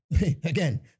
again